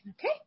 Okay